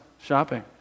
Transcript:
shopping